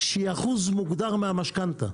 שהיא אחוז מוגדר מהמשכנתא.